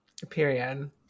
Period